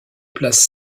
place